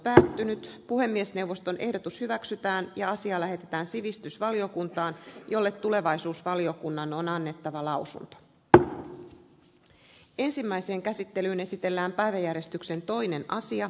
sellainen idea olisi varmasti kehiteltävissä ja asia lähetetään sivistysvaliokuntaan jolle tulevaisuusvaliokunnan saattaisi auttaa sitä että entistä useampi voisi tehdä tätä tärkeää työtä